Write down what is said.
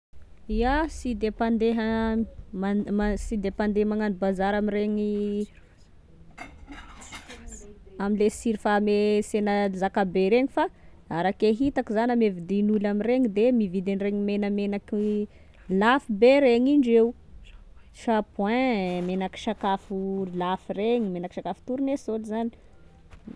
Iaho sy de mpandeha, man- ma- sy de mpandeha magnano bazary amregny, amle surfa- me sena zakabe reny, fa arake hitako zany ame vidin'olona amregny dia mividy an'iregny menamenaky lafo be regny indreo, shampooing, menaky sakafo lafo regny, menaky sakafo tornesol zany.